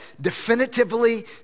definitively